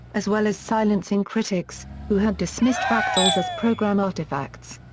as well as silencing critics, who had dismissed fractals as program artifacts.